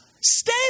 Stay